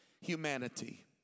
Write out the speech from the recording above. humanity